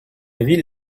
ville